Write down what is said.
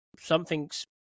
something's